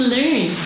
Learn